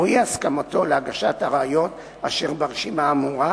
אי-הסכמתו להגשת הראיות אשר ברשימה האמורה,